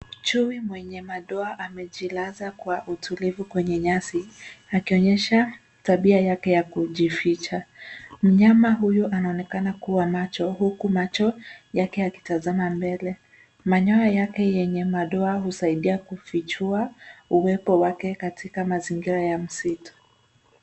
Chui mwenye madoa amejilaza kwa utulivu kwenye nyasi, akionyesha tabia yake ya kujificha. Mnyama huyu anaonekana kuwa macho, huku macho yake yakitazama mbele. Manyoya yake yenye madoa husaidia kufichua uwepo wake katika mazingira ya msitu.